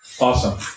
Awesome